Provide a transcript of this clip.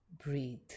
Breathe